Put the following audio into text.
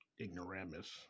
ignoramus